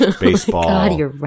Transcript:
baseball